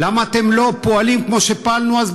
למה אתם לא פועלים כמו שפעלנו אז בחברון?